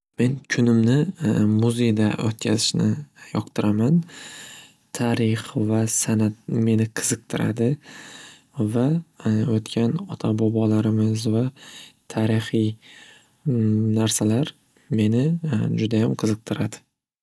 Men kunimni muzeyda o'tkazishni yoqtiraman tarix va san'at meni qiziqtiradi va o'tkan ota bobolarimiz va tarixiy n-narsalar meni judayam qiziqtiradi.